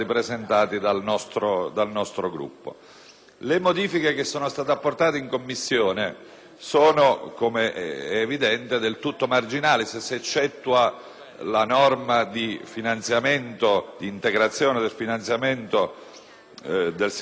Le modifiche apportate in Commissione, com'è evidente, sono del tutto marginali, se si eccettua la norma di integrazione del finanziamento del sistema scolastico: